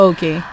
Okay